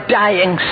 dying